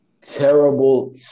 terrible